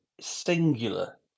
singular